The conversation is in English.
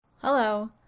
Hello